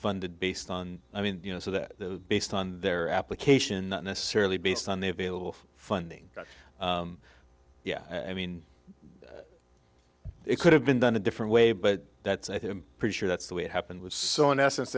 funded based on i mean you know so that based on their application not necessarily based on the available funding but yeah i mean it could have been done a different way but that's i think i'm pretty sure that's the way it happened was so in essence